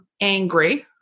angry